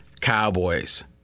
Cowboys